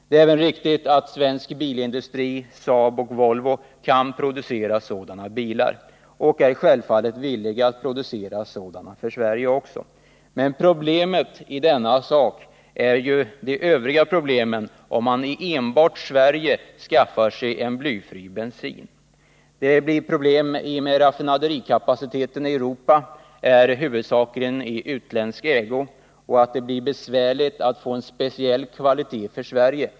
Det är riktigt att svensk bilindustri, Saab och Volvo, kan producera sådana bilar. Den svenska bilindustrin är självfallet villig att producera dessa bilar även för Sverige. Men problem uppstår om vi enbart i Sverige skaffar oss blyfri bensin. Det blir problem med raffinaderikapaciteten ute i Europa. Raffinaderierna är huvudsakligen i utländsk ägo, och det kan bli besvärligt att få en speciell kvalitet för Sverige.